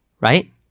Right